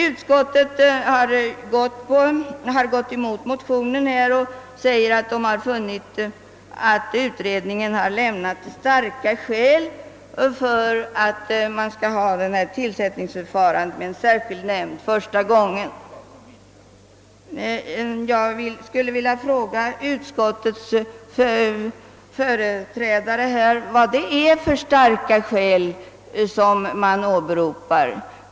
Utskottet har avstyrkt motionen och anför att utredningen har lämnat starka skäl för att tillsättningen första gången skall uppdragas åt en särskild nämnd. Jag skulle vilja fråga utskottets företrädare vad det är för starka skäl som har åberopats.